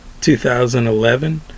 2011